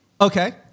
Okay